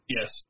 Yes